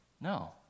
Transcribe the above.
No